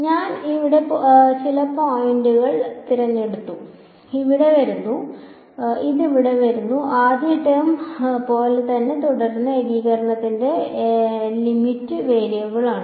ഞാൻ ഇവിടെ ചില പോയിന്റ് തിരഞ്ഞെടുത്തു അതിനാൽ ഇവിടെ വരുന്നു ആദ്യ ടേം പോലെ തന്നെ തുടരുന്ന ഏകീകരണത്തിന്റെ എന്റെ ലിമിറ്റ് വേരിയബിൾ ആണ്